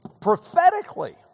prophetically